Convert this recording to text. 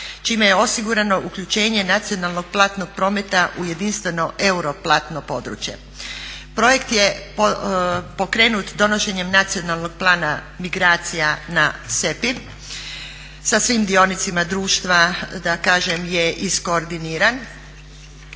čime je osigurano uključenje nacionalnog platnog prometa u jedinstveno euro platno područje. Projekt je pokrenut donošenjem Nacionalnog plana migracija na SEPA-i sa svim dionicima društva da kažem je iskordiniran.